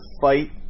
fight